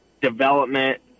development